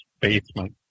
basement